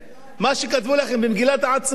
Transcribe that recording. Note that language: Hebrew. אחרי מה שכתבו לכם במגילת העצמאות,